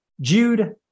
Jude